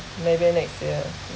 maybe next year